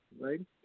right